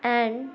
and